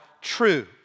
true